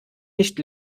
nicht